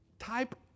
type